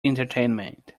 entertainment